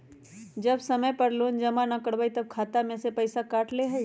जब समय पर लोन जमा न करवई तब खाता में से पईसा काट लेहई?